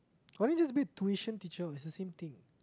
why don't you just be tuition teacher it's the same thing